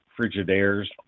Frigidaire's